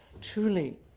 Truly